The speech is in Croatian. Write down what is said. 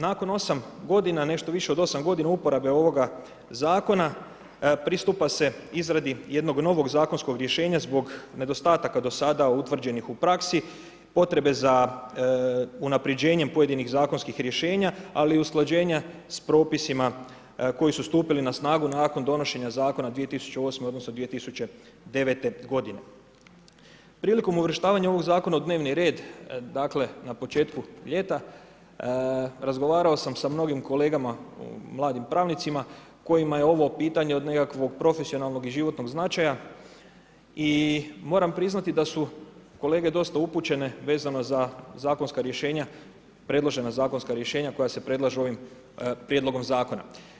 Nakon 8 g. nešto više od 8 g. uporabe ovoga zakona, pristupa se izradi jednog novog zakonskog rješenja, zbog nedostataka do sada, utvrđenih u praksi, potrebe za unapređenjem pojedinih zakonskih rješenja, ali i usklađenja s propisima, kji su stupili na snagu, nakon donošenja zakona 2008., odnosno, 2009. g. Prilikom uvrštavanja ovog zakona u dnevni red, na početku ljeta, razgovarao sam sa mnogim kolegama mladim pravnicima, kojima je ovo pitanje, od nekakvog profesionalnog i životnog značaja i moram priznati da su kolege dosta upućene, vezano za predložena zakonska rješenja, koja se predlažu ovim prijedlogom zakona.